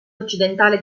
occidentale